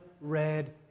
red